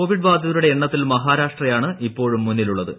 Covid ബാധിതരുടെ എണ്ണത്തിൽ മഹാരാഷ്ട്രയാണ് ഇപ്പോഴും മുന്നിലുള്ളത്